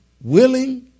willing